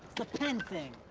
pen thing.